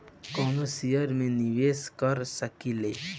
कवनो शेयर मे निवेश कर सकेल